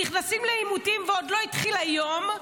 נכנסים לעימותים ועוד לא התחיל היום.